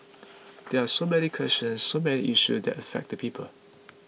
there are so many questions so many issues that affect the people